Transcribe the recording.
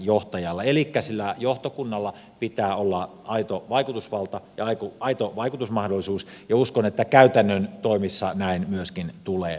elikkä sillä johtokunnalla pitää olla aito vaikutusvalta ja aito vaikutusmahdollisuus ja uskon että käytännön toimissa näin myöskin tulee olemaan